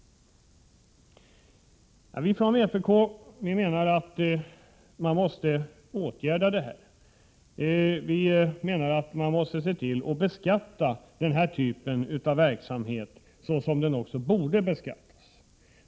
Vi från vpk menar att man måste åtgärda det här. Vi menar att man måste beskatta den här typen av verksamhet såsom den borde beskattas.